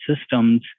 systems